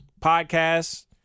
podcasts